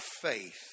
faith